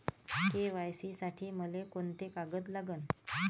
KYC साठी मले कोंते कागद लागन?